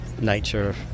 nature